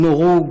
הם נורו,